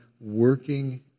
working